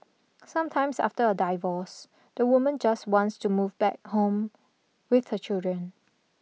sometimes after a the woman just wants to move back home with her children